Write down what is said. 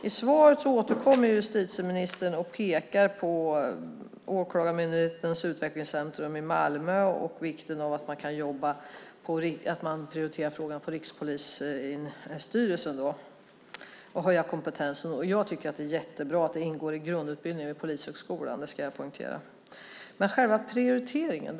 I svaret återkommer justitieministern och pekar på Åklagarmyndighetens Utvecklingscentrum Malmö och vikten av att prioritera frågan på Rikspolisstyrelsen och höja kompetensen. Jag tycker att det är jättebra att det ingår i grundutbildningen vid Polishögskolan - det ska jag poängtera. Men hur är det med själva prioriteringen?